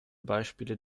beispiele